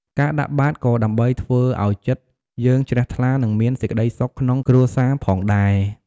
ការដាក់បាតក៏ដើម្បីធ្វើឱ្យចិត្តយើងជ្រះថ្លានិងមានសេចក្ដីសុខក្នុងគ្រួសារផងដែរ